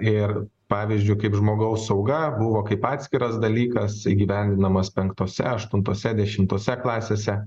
ir pavyzdžiui kaip žmogaus sauga buvo kaip atskiras dalykas įgyvendinamas penktose aštuntose dešimtose klasėse